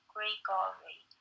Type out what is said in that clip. Gregory